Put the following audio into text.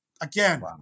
Again